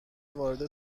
وارد